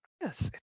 Yes